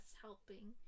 helping